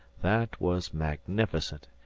that was magnificent,